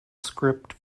script